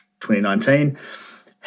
2019